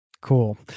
Cool